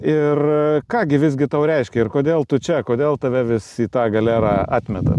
ir ką gi visgi tau reiškia ir kodėl tu čia kodėl tave vis į tą galerą atmeta